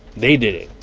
they did it.